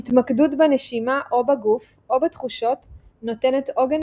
ההתמקדות בנשימה או בגוף או בתחושות נותנת עוגן